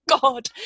God